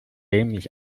dämlich